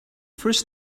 first